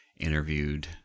interviewed